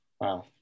wow